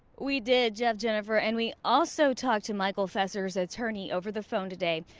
we did jeff jennifer and we also talked to michael fencers attorney over the phone today.